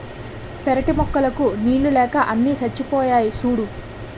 పెరటి మొక్కలకు నీళ్ళు లేక అన్నీ చచ్చిపోయాయి సూడూ